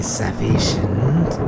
sufficient